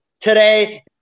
today